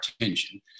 attention